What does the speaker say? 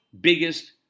biggest